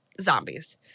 zombies